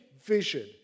vision